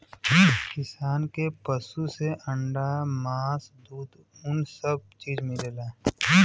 किसान के पसु से अंडा मास दूध उन सब चीज मिलला